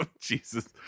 Jesus